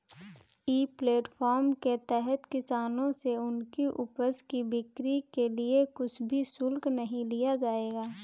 ई platform के तहत किसानों से उनकी उपज की बिक्री के लिए कुछ भी शुल्क नहीं लिया जाएगा